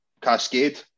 cascade